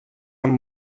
amb